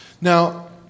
Now